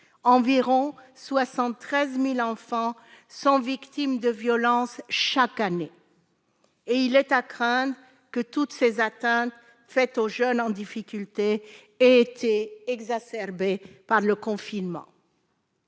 environ 73000 enfants sont victimes de violences, chaque année, et il est à craindre que toutes ces atteintes faites aux jeunes en difficulté, été exacerbée par le confinement.